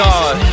God